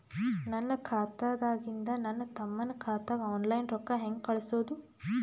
ನನ್ನ ಖಾತಾದಾಗಿಂದ ನನ್ನ ತಮ್ಮನ ಖಾತಾಗ ಆನ್ಲೈನ್ ರೊಕ್ಕ ಹೇಂಗ ಕಳಸೋದು?